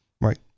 Right